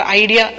idea